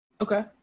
Okay